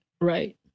Right